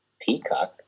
Peacock